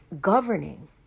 governing